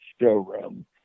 showroom